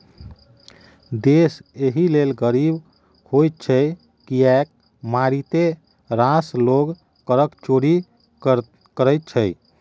देश एहि लेल गरीब होइत छै किएक मारिते रास लोग करक चोरि करैत छै